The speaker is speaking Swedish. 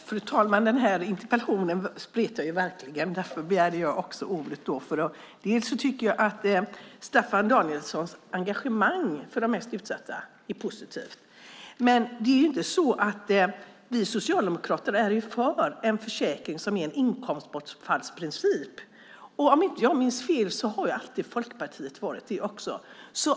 Fru talman! Den här interpellationsdebatten spretar verkligen. Därför begärde jag ordet. Jag tycker att Staffan Danielssons engagemang för de mest utsatta är positivt. Vi socialdemokrater är för en försäkring enligt en inkomstbortfallsprincip, och om jag inte minns fel har alltid Folkpartiet varit det också.